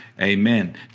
amen